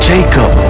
Jacob